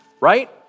right